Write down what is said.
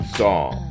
song